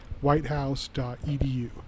whitehouse.edu